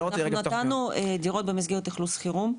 אנחנו נתנו דירות במסגרת אכלוס חירום,